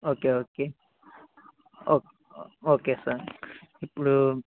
okay okay oh okay sir ఇప్పుడు